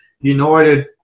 United